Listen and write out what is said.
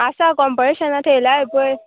आसा कंपटिशनां थेयल्या इपय